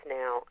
now